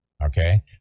Okay